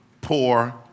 poor